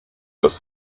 los